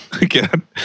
Again